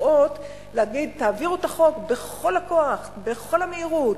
להגיד: תעבירו את החוק בכל הכוח, בכל המהירות,